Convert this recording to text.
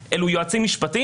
המשפט.